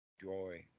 joy